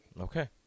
Okay